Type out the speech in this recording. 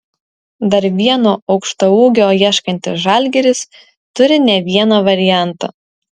dar vieno aukštaūgio ieškantis žalgiris turi ne vieną variantą